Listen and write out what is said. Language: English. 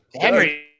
Henry